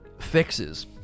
fixes